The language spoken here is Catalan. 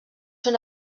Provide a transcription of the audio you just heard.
són